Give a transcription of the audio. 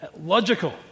logical